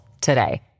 today